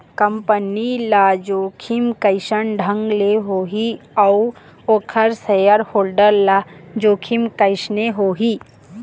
Company ल जोखिम कइसन ढंग ले होही अउ ओखर सेयर होल्डर ल जोखिम कइसने होही?